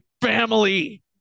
family